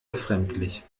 befremdlich